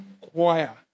choir